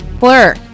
Blur